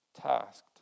tasked